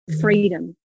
freedom